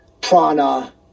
prana